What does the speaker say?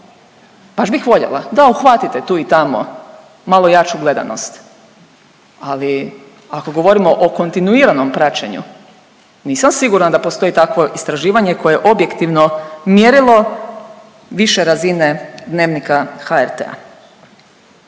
baš bih voljela. Da uhvatite tu i tamo malo jaču gledanost, ali ako govorimo o kontinuiranom praćenju nisam sigurna da postoji takvo istraživanje koje je objektivno mjerilo više razine Dnevnika HRT-a.